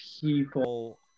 people